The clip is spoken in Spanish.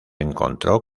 encontró